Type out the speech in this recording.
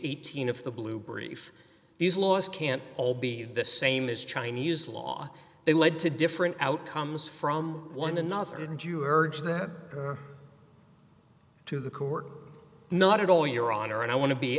eighteen of the blue brief these laws can't all be the same as chinese law they lead to different outcomes from one another and you urge that to the court not at all your honor and i want to be